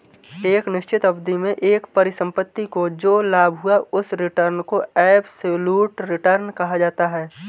एक निश्चित अवधि में एक परिसंपत्ति को जो लाभ हुआ उस रिटर्न को एबसोल्यूट रिटर्न कहा जाता है